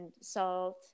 salt